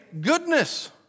goodness